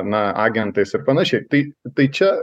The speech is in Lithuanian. na agentais ir panašiai tai tai čia